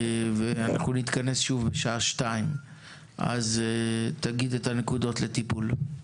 נתכנס שוב בשעה 14:00. תגיד את הנקודות לטיפול.